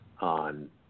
on